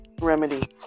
remedy